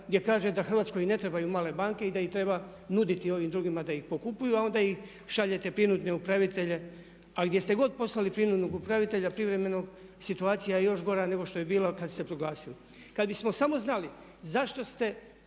gdje kaže da Hrvatskoj ne trebaju male banke i da ih treba nuditi ovim drugima da ih pokupuju a onda ih šaljete privremene upravitelje, a gdje ste god poslali privremenog upravitelja, privremenog situacija je još gora nego što je bila kada ste proglasili. Kada bismo samo znali zašto ste